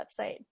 website